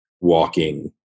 walking